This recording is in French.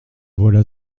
voilà